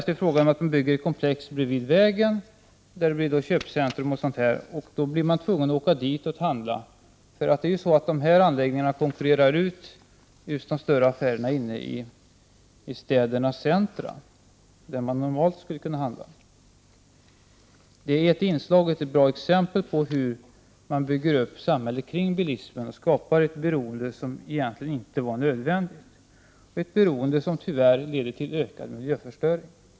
Man bygger alltså komplex bredvid vägen, där det blir köpcentrum osv. Då blir människorna tvungna att åka dit för att handla. Dessa anläggningar konkurrerar nämligen ut de större affärerna inne i städernas centra, där man normalt skulle kunna handla. Detta är ett bra exempel på hur man bygger upp ett samhälle kring bilismen och skapar ett beroende som egentligen inte var nödvändigt — och ett beroende som tyvärr leder till ökad miljöförstöring.